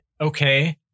Okay